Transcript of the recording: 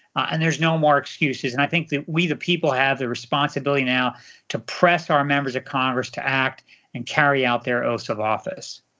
and there's no more excuses. and i think that we the people have the responsibility now to press our members of congress to act and carry out their oath of office.